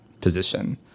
position